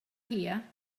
here